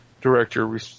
director